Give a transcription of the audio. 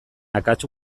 akats